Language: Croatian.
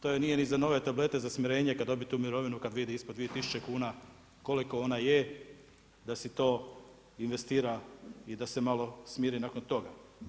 To joj nije ni za nove tablete za smanjenje, kad dobi tu mirovinu, kad vidi ispod 2000 kn koliko ona je, da si to investira i da se malo smiri nakon toga.